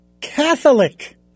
Catholic